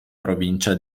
provincia